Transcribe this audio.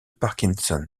parkinson